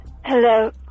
Hello